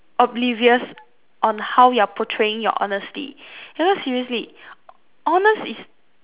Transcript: oblivious on how you're portraying your honesty you know seriously honest is